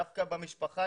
דווקא במשפחה,